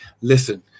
Listen